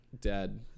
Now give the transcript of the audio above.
dead